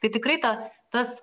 tai tikrai tą tas